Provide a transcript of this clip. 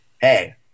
Hey